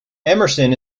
emerson